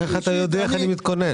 איך אתה יודע איך אני מתכונן?